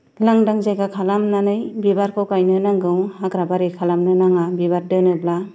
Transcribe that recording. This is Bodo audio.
लांदां जायगा खालामनानै बिबारखौ गायनो नांगौ हाग्रा बारि खालामनो नाङा बिबार दोनोब्ला